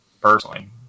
personally